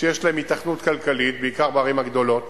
שיש להם היתכנות כלכלית, בעיקר בערים הגדולות